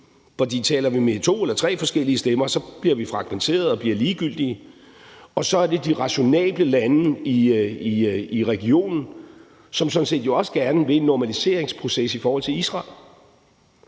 For taler vi med to eller tre forskellige stemmer, bliver vi fragmenterede og ligegyldige. Og så er der de rationable lande i regionen, som sådan set også gerne vil en normaliseringsproces i forhold til Israel.